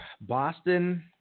Boston